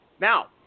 Now